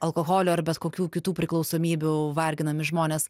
alkoholio ar bet kokių kitų priklausomybių varginami žmonės